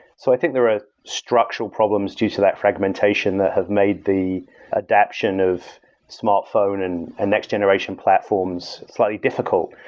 so i think there are structural problems due to that fragmentation that have made the adaption of smartphone and and next generation platforms slightly difficult.